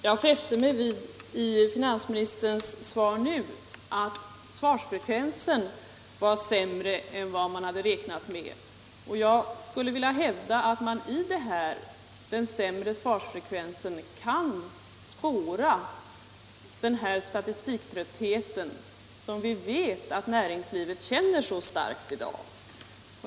Herr talman! I finansministerns svar nu fäste jag mig vid att svarsfrekvensen varit sämre än man hade räknat med. Jag skulle vilja hävda att man i den sämre svarsfrekvensen kan spåra den statistiklämningströtthet som vi vet att näringslivet känner mycket starkt i dag.